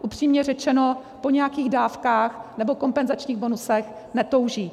Upřímně řečeno, po nějakých dávkách nebo kompenzačních bonusech netouží.